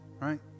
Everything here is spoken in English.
Right